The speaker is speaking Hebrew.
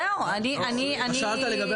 שאלת לגבי